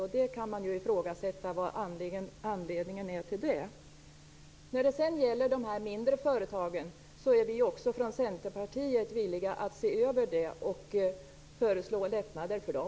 Anledningen till det kan ifrågasättas. När det sedan gäller de mindre företagen är vi från Centerpartiet villiga att se över bestämmelserna och föreslå lättnader för dem.